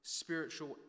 spiritual